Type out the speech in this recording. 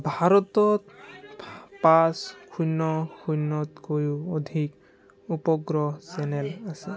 ভাৰতত পাঁচ শূন্য শূন্যতকৈও অধিক উপগ্ৰহ চেনেল আছে